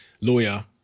lawyer